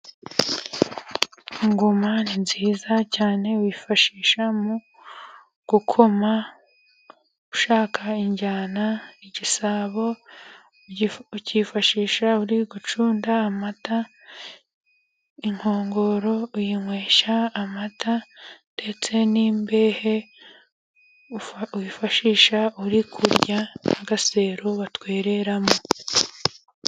Ingoma ni nziza cyane bazifashisha mu gukoma ushaka injyana. Igisabo ukifashisha uri gucunda amata, inkongoro uyinywesha amata ndetse n'imbehe uyifashisha urya, agaseru batwereramo.